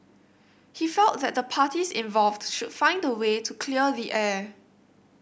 he felt that the parties involved should find a way to clear the air